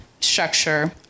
structure